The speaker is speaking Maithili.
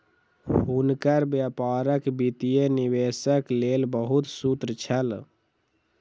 हुनकर व्यापारक वित्तीय निवेशक लेल बहुत सूत्र छल